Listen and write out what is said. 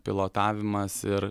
pilotavimas ir